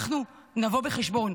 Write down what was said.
אנחנו נבוא בחשבון